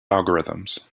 algorithms